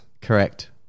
correct